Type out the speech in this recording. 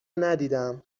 ندیدم